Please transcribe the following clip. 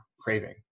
craving